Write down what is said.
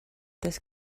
this